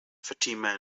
fatima